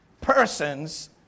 persons